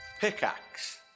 Pickaxe